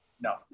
No